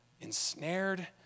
ensnared